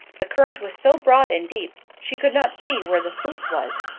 the current was so broad and deep she could not see where the sluice was.